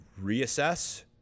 reassess